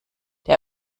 der